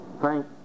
Thank